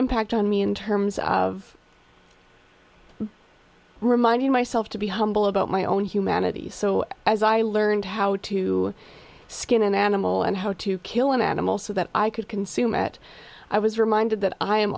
impact on me in terms of reminding myself to be humble about my own humanity so as i learned how to skin an animal and how to kill an animal so that i could consume it i was reminded that i am